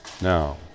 Now